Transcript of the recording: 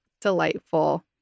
delightful